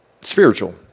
spiritual